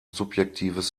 subjektives